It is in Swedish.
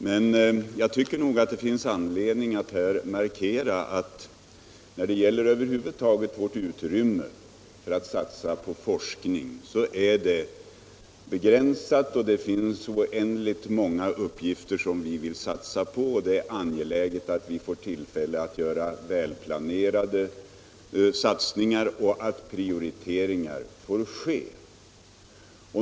Men jag tycker att det finns anledning att här markera att utrymmet för satsningar på forskning är begränsat och att det finns oändligt många uppgifter som vi vill satsa på. Det är därför angeläget att vi får tillfälle att göra välplanerade satsningar och att prioriteringar får ske.